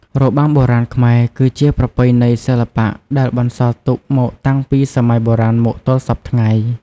របាំបុរាណខ្មែរ គឺជាប្រពៃណីសិល្បៈដែលបន្សល់ទុកមកតាំងពីសម័យបុរាណមកទល់សព្វថ្ងៃ។